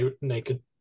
naked